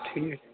ٹھیٖک